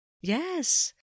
Yes